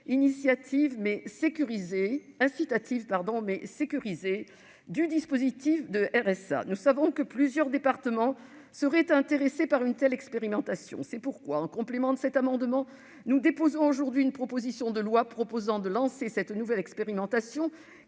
incitative mais sécurisée, du dispositif du RSA. Nous savons que plusieurs départements seraient intéressés par une telle expérimentation. C'est pourquoi, en complément de cet amendement, nous avons également déposé aujourd'hui une proposition de loi visant à lancer cette nouvelle expérimentation,